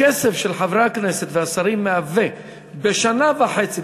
הכסף של חברי הכנסת והשרים בשנה וחצי,